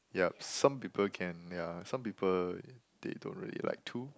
yup some people can yeah some people they don't really like to